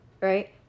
right